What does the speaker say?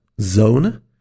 zone